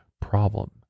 problem